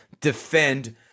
defend